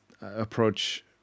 approach